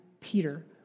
Peter